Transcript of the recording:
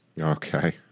Okay